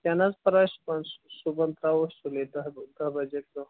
کیٚنٛہہ نہَ حظ پَرواے صُبحن صُبحَن ترٛاوَو أسۍ سُلے دَہ دَہ بَجے برٛونٛہہ